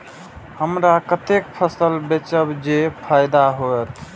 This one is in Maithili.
हमरा कते फसल बेचब जे फायदा होयत?